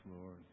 Lord